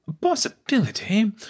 possibility